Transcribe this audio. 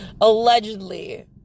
allegedly